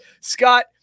Scott